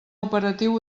operatiu